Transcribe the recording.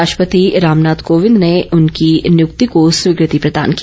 राष्ट्रपति रामनाथ कोविंद ने उनकी नियुक्ति को स्वीकृति प्रदान की